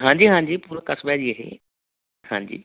ਹਾਂਜੀ ਹਾਂਜੀ ਪੂਰਾ ਕਸਬਾ ਜੀ ਇਹ ਹਾਂਜੀ